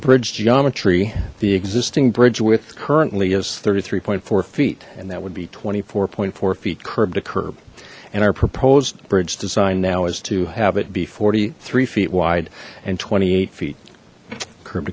bridge geometry the existing bridge width currently is thirty three point four feet and that would be twenty four point four feet curb to curb and our proposed bridge design now is to have it be forty three feet wide and twenty eight feet curb